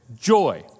Joy